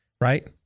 right